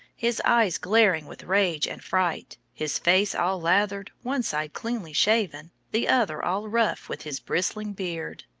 his eyes glaring with rage and fright, his face all lathered, one side cleanly shaven, the other all rough with his bristling beard.